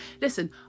listen